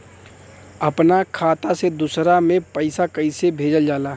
अपना खाता से दूसरा में पैसा कईसे भेजल जाला?